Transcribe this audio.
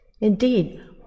Indeed